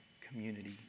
community